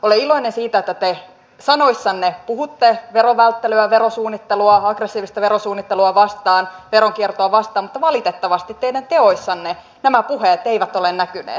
olen iloinen siitä että te sanoissanne puhutte verovälttelyä aggressiivista verosuunnittelua vastaan veronkiertoa vastaan mutta valitettavasti teidän teoissanne nämä puheet eivät ole näkyneet